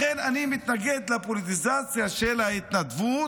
לכן אני מתנגד לפוליטיזציה של ההתנדבות.